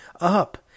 Up